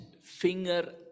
finger